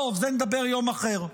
על זה נדבר ביום אחר.